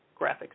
graphics